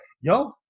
Yo